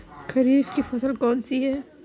खरीफ की फसल कौन सी है?